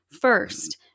first